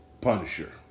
Punisher